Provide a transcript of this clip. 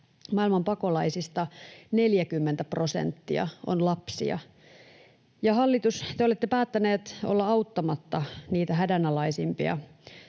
Maailman pakolaisista 40 prosenttia on lapsia. Ja, hallitus, te olette päättäneet olla auttamatta niitä hädänalaisimpia,